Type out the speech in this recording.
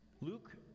Luke